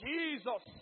Jesus